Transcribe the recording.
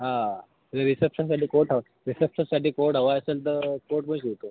हां रिसेप्शनसाठी कोट हवा रिसेप्शनसाठी कोट हवा असेल तर कोट पण शिवतो